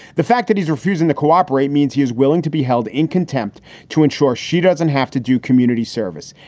the fact that he's refusing to cooperate means he is willing to be held in contempt to ensure she doesn't have to do community service.